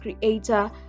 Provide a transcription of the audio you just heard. creator